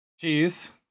Cheese